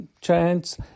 chance